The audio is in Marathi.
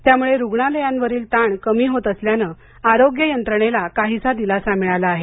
त्यामुळे रुग्णालयांवरील ताण कमी होत असल्याने आरोग्य यंत्रणेला काहीसा दिलासा मिळाला आहे